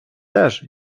теж